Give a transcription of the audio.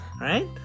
right